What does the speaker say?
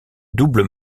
double